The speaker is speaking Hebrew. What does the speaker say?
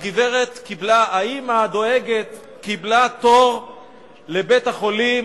האמא הדואגת קיבלה תור לבית-החולים